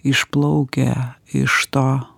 išplaukia iš to